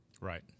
Right